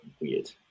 weird